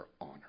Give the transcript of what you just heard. honor